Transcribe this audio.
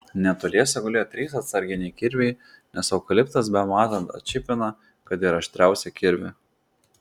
netoliese gulėjo trys atsarginiai kirviai nes eukaliptas bematant atšipina kad ir aštriausią kirvį